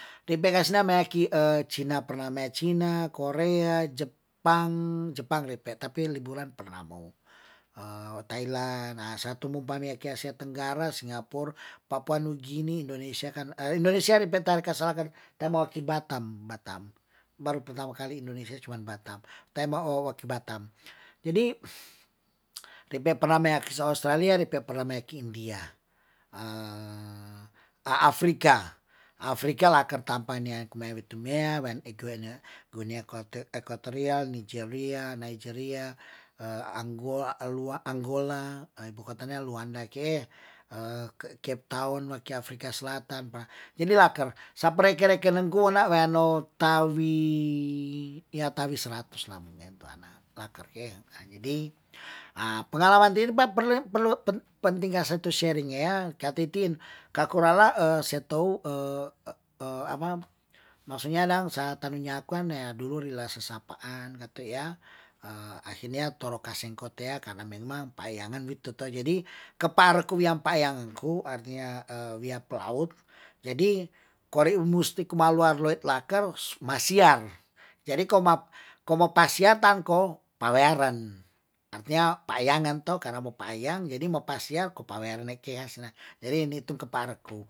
Ni begasna meaki china pernah mea china, korea, jepang, jepang ri pe' tapi liburan pernah mou thailand, satu mubarea ke asia tenggara singapur, papua nugini. indonesia kan indonesia ripeta kasalakan ka mauki batam, batam baru pertama kali indonesia cuman batam ta mou ki batam, jadi ri ber pernah mea ke se australia ri per pernah mea ke india, afrika, afrika laker tanpanea kumewi tumea wean ekuene gunea kote koteria, nigeria, ang- anggo- anggola, ibu kotan2 luandakie, ke taon waki afrika selatan jadi laker, sapa re ke reken nen gouna weano tawi ya tawi seratus lah menen tuana laker ke, jadi pengalaman perlu penting kase tu seringea katitin, ka kuala se tou apa maksudnya dang sa tanu nyaku kan ya dulu rila sesapaan katu ya, akhirnya tolokaseng kote ya karna memang payangan witu to, jadi kepar ku ya payangku artinya wiya pelaut jadi koreu musti kumaluar laker masiar, jadi ko ma- ko mo pasiar tan ko, pawearan artinya paeyangan to karna mo paeyang jadi mo pasiar ko pawerne kea se jadi nitu kepareku